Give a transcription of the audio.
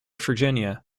virginia